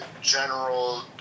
general